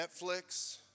Netflix